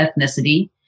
ethnicity